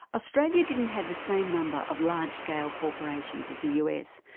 australia didn't have the same number of large-scale corporations as the us,